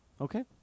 Okay